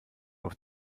auf